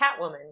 Catwoman